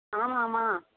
ஆமாம்மா